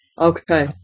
Okay